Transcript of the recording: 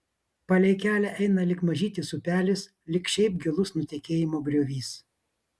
palei kelią eina lyg mažytis upelis lyg šiaip gilus nutekėjimo griovys